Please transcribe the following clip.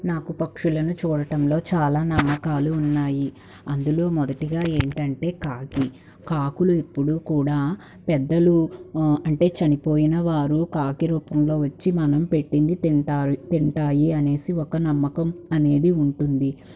నాకు పక్షులను చూడటంలో చాలా నమ్మకాలు ఉన్నాయి అందులో మొదటిగా ఏంటంటే కాకి కాకులు ఇప్పుడు కూడా పెద్దలు అంటే చనిపోయిన వారు కాకి రూపంలో వచ్చి మనం పెట్టింది తింటారు తింటాయి అనేసి ఒక నమ్మకం అనేది ఉంటుంది